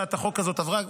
הצעת החוק הזאת עברה.